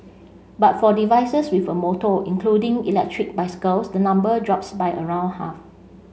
but for devices with a motor including electric bicycles the number drops by around half